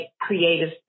creative